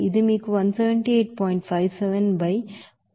57 by 1